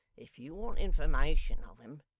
if you want information of em,